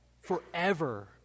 forever